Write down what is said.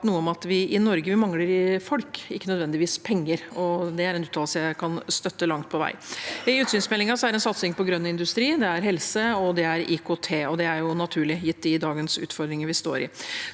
at vi i Norge mangler folk, ikke nødvendigvis penger, og det er en uttalelse jeg langt på vei kan støtte. I utsynsmeldingen er det en satsing på grønn industri, helse og IKT – og det er naturlig, gitt dagens utfordringer. Samtidig